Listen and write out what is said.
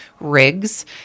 rigs